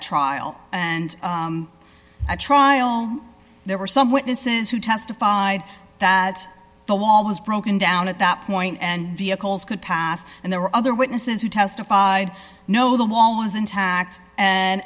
trial and at trial there were some witnesses who testified that the wall was broken down at that point and vehicles could pass and there were other witnesses who testified no the wall was intact and